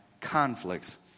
conflicts